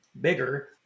bigger